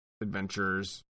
adventures